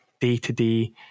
day-to-day